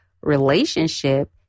relationship